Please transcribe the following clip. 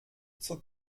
zur